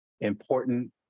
important